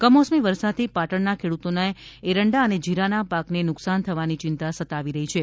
કમોસમી વરસાદથી પાટણના ખેડૂતોને એરંડા અને જીરાના પાકને નુકસાન થવાની ચિંતા સતાવી રહી છે